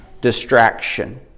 distraction